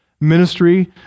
ministry